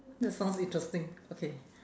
that sounds interesting okay